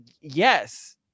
yes